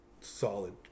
solid